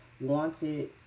Wanted